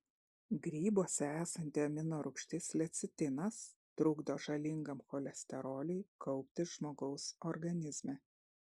grybuose esanti amino rūgštis lecitinas trukdo žalingam cholesteroliui kauptis žmogaus organizme